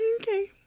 Okay